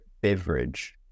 beverage